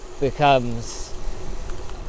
becomes